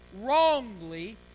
wrongly